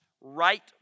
Right